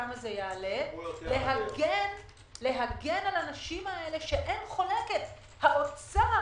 כמה זה יעלה - להגן על הנשים האלה שאין חולקת האוצר